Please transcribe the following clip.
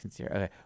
Okay